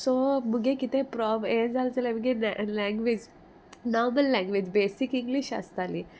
so मुगे कितें प्रोब हें जाले जाल्यार मुगे language normal language basic English आसताली